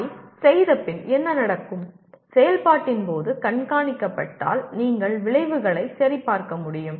அதைச் செய்தபின் என்ன நடக்கும் செயல்பாட்டின் போது கண்காணிக்கப்பட்டால் நீங்கள் விளைவுகளை சரிபார்க்க முடியும்